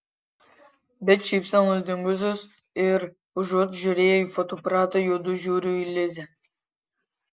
bet šypsenos dingusios ir užuot žiūrėję į fotoaparatą juodu žiūri į lizę